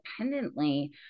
independently